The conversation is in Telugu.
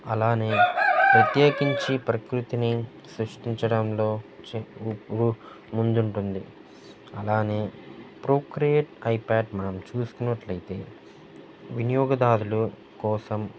అలానే ప్రత్యేకించి ప్రకృతిని సృష్టించడంలో ముందుంటుంది అలానే ప్రో క్రియేట్ ఐప్యాడ్ మనం చూసుకున్నట్లయితే వినియోగదారులు కోసం